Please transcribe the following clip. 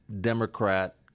Democrat